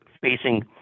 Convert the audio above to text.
facing